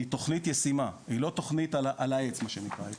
היא תכנית ישימה, היא לא תכנית על העץ, מה שנקרא.